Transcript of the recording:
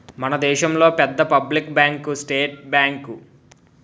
మన దేశంలో పెద్ద పబ్లిక్ బ్యాంకు స్టేట్ బ్యాంకు